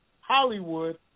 Hollywood